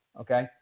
okay